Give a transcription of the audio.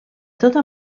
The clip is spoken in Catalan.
tota